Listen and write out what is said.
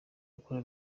akora